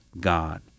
God